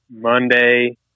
Monday